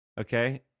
Okay